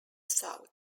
south